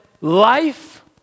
life